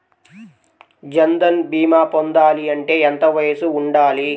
జన్ధన్ భీమా పొందాలి అంటే ఎంత వయసు ఉండాలి?